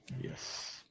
yes